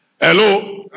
Hello